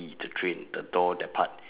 the train the door that part